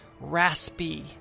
raspy